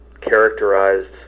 characterized